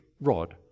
Rod